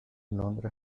londres